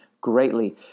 greatly